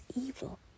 evil